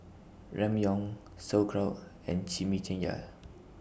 Ramyeon Sauerkraut and Chimichangas